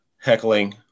heckling